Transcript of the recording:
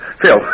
Phil